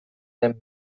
den